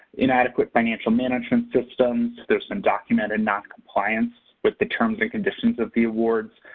inadequate financial management systems, there's some documented noncompliance with the terms and conditions of the awards,